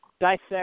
dissect